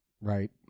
Right